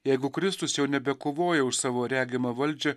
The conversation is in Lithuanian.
jeigu kristus jau nebekovoja už savo regimą valdžią